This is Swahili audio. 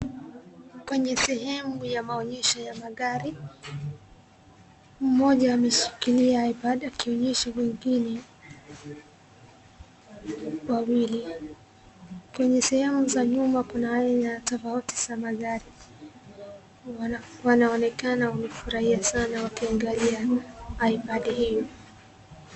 Kwenye sehemu ya maonyesho ya magari, mmoja ameshikilia i-pad akionyesha wengine wawili. Kwenye sehemu za nyuma kuna aina tofauti za magari. Wanaonekana wamefurahia sana wakiangalia i-pad hiyo.